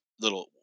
little